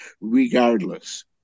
regardless